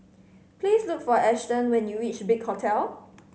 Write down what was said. please look for Ashton when you reach Big Hotel